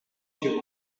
się